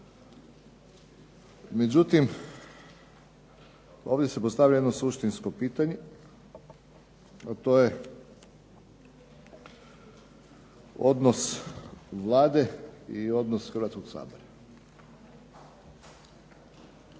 Međutim, ovdje se postavlja jedno suštinsko pitanje a to je odnos Vlade i odnos Hrvatskoga sabora.